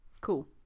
Cool